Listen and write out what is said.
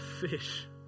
fish